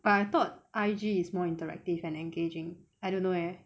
but I thought I_G is more interactive and engaging I don't know eh